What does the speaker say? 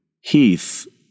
Heath